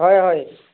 ହଏ ହଏ